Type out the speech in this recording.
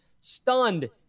stunned